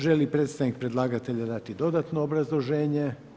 Želi li predstavnik predlagatelja dati dodatno obrazloženje?